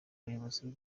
bayobozi